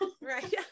Right